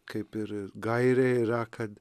kaip ir ir gairė yra kad